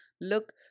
look